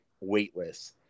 weightless